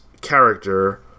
character